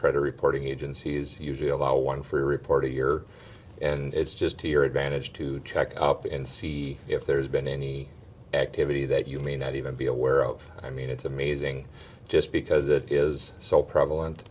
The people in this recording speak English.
credit reporting agency is one free report a year and it's just to your advantage to check up and see if there's been any activity that you may not even be aware of i mean it's amazing just because it is so prevalent